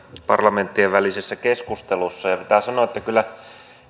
parlamenttienvälisessä keskustelussa ja pitää sanoa että kyllä